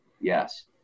Yes